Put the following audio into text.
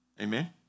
Amen